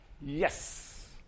Yes